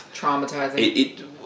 Traumatizing